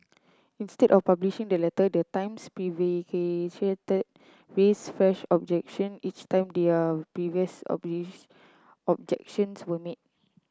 instead of publishing the letter the times raised fresh objection each time their previous objections were met